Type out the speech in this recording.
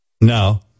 No